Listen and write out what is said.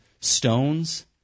stones